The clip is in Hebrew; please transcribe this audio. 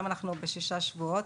היום אנחנו בשישה שבועות.